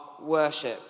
worship